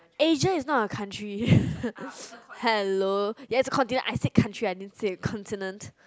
Asia is not a country hello yes it is a continent I said country I didn't say a continent